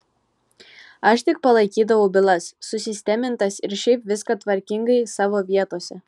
aš tik palaikydavau bylas susistemintas ir šiaip viską tvarkingai savo vietose